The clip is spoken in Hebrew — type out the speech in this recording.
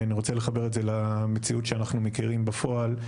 אני רוצה לחבר את זה למציאות שאנחנו מכירים בפועל,